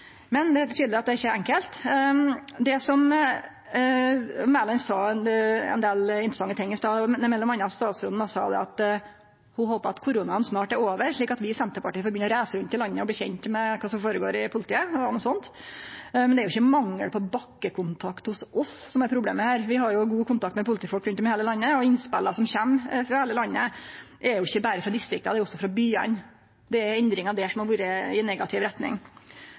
Men det er tydeleg at det ikkje er enkelt. Mæland sa ein del interessante ting i stad, eg meiner statsråden sa at ho håpar at koronaen snart er over, slik at vi i Senterpartiet får begynne å reise rundt i landet og bli kjende med kva som føregår i politiet – det var noko sånt. Men det er ikkje mangel på bakkekontakt hos oss som er problemet her. Vi har god kontakt med politifolk rundt om i heile landet, og innspela kjem frå heile landet, ikkje berre frå distrikta, det er også frå byane. Det er endringar der som har vore i negativ retning.